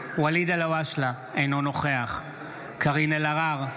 אינו נוכח קארין אלהרר,